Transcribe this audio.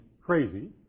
crazy